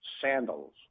sandals